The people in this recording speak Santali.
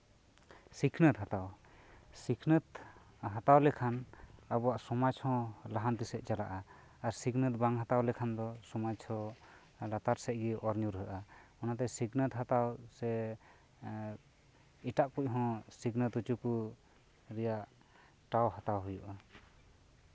ᱥᱤᱠᱷᱚᱱᱟᱹᱛ ᱦᱟᱛᱟᱣ ᱥᱤᱠᱷᱚᱱᱟᱹᱛ ᱦᱟᱛᱟᱣ ᱞᱮᱠᱷᱟᱱ ᱟᱵᱚᱣᱟᱜ ᱥᱚᱢᱟᱡᱽ ᱦᱚᱸ ᱞᱟᱦᱟᱱᱛᱤ ᱥᱮᱫ ᱪᱟᱞᱟᱜᱼᱟ ᱟᱨ ᱥᱤᱠᱷᱚᱱᱟᱹᱛ ᱵᱟᱝ ᱦᱟᱛᱟᱣ ᱞᱮᱠᱷᱟᱱ ᱫᱚ ᱥᱚᱢᱟᱡᱽ ᱦᱚᱸ ᱞᱟᱛᱟᱨ ᱥᱮᱫ ᱜᱮ ᱚᱨ ᱧᱩᱨᱦᱟᱹᱜᱼᱟ ᱚᱱᱟᱛᱮ ᱥᱤᱠᱷᱚᱱᱟᱹᱛ ᱦᱟᱛᱟᱣ ᱥᱮ ᱮᱴᱟᱜ ᱠᱚᱦᱚᱸ ᱥᱤᱠᱷᱱᱟᱹᱛ ᱦᱚᱪᱚ ᱠᱚ ᱨᱮᱭᱟᱜ ᱴᱟᱣ ᱦᱟᱛᱟᱣ ᱦᱩᱭᱩᱜᱼᱟ